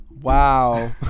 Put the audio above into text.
Wow